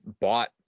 bought